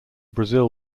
brazil